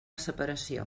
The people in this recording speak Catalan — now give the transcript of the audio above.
separació